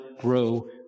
grow